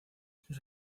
sus